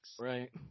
Right